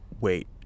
Wait